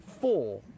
four